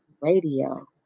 Radio